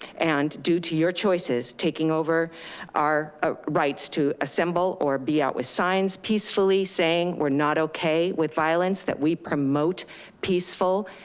and due to your choices, taking over our ah rights to assemble or be out with signs peacefully saying we're not okay with violence that we promote peaceful